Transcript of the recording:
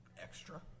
extra